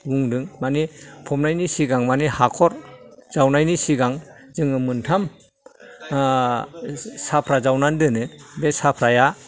बुंदों माने फबनायनि सिगां माने हाखर जावनायनि सिगां जोङो मोन्थाम साफ्रा जावनानै दोनो बे साफ्राया